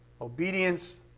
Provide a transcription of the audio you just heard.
Obedience